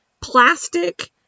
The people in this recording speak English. plastic